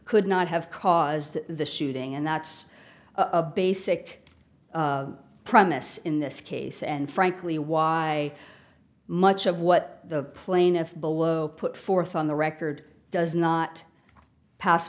could not have caused the shooting and that's a basic premise in this case and frankly why much of what the plaintiff below put forth on the record does not pass